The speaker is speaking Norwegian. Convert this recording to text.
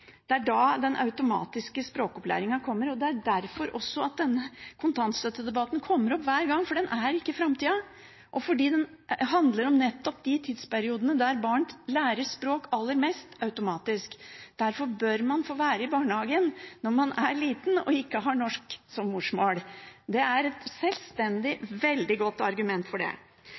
det er da den automatiske språkopplæringen kommer. Det er derfor denne kontantstøttedebatten kommer opp hver gang, for det er ikke framtida. Det handler om nettopp de tidsperiodene der barn lærer språk aller mest automatisk. Derfor bør man få være i barnehagen når man er liten og ikke har norsk som morsmål. Det er et selvstendig, veldig godt argument for det.